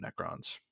Necrons